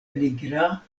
nigra